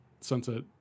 Sunset